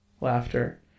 Laughter